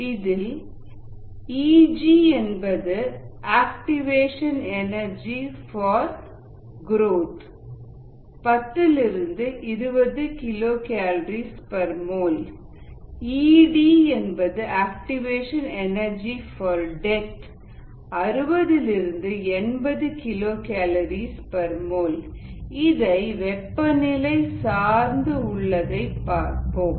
Aexp KdAexp இதில்Eg என்பது activation energy for growth 10 20 Kcalmol இதில் Ed என்பது activation energy for death 60 80 Kcalmol இவை வெப்ப நிலை சார்ந்து உள்ளதை பார்க்கிறோம்